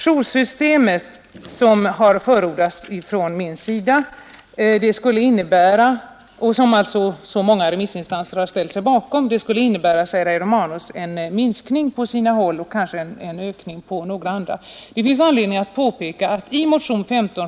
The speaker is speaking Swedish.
Joursystemet, som jag har förordat och som så många remissinstanser har ställt sig bakom, innebär, säger herr Romanus, på sina håll en minskning av öppethållandet och på andra håll en ökning.